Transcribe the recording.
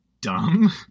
dumb